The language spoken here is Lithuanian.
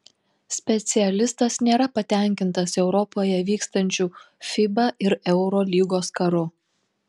specialistas nėra patenkintas europoje vykstančiu fiba ir eurolygos karu